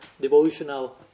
devotional